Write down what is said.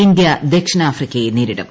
India ദക്ഷിണാഫ്രിക്കയെ നേരിടും